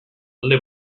alde